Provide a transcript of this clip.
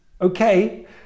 okay